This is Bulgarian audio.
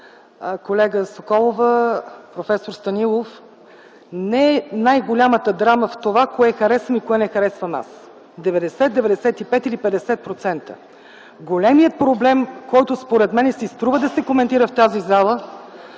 колега Соколова, професор Станилов! Най-голямата драма не е в това кое харесвам и кое не харесвам аз в 90-95 или 50%. Големият проблем, който според мен си струва да се коментира в тази зала,